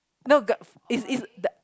no g~ f~ is is the